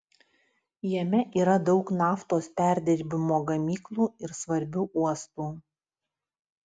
jame yra daug naftos perdirbimo gamyklų ir svarbių uostų